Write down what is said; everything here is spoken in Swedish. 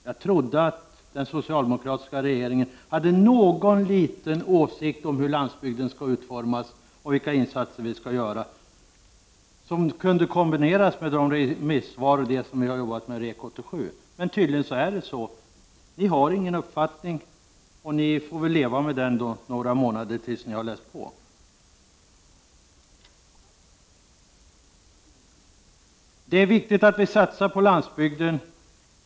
Jag trodde att den socialdemokratiska regeringen hade någon liten åsikt om hur landsbygden skall utformas och vilka insatser vi skall göra, som kunde kombineras med remissvaren och det som vi har jobbat med i REK 87. Men tydligtvis har ni ingen uppfattning. Ni får väl leva utan det några månader då, tills ni har läst på! Det är viktigt att vi satsar på landsbygden.